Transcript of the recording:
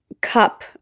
cup